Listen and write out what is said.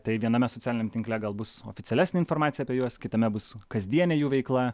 tai viename socialiniam tinkle gal bus oficialesnė informacija apie juos kitame bus kasdienė jų veikla